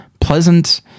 Pleasant